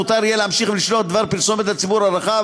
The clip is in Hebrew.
מותר יהיה להמשיך ולשלוח דבר פרסומת לציבור הרחב